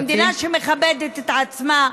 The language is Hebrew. במדינה שמכבדת את עצמה,